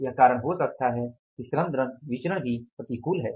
यह कारण हो सकता है कि श्रम दर विचरण भी प्रतिकूल है